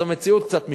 אז המציאות קצת משתנה.